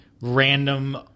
random